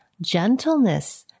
gentleness